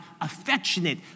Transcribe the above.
affectionate